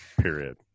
Period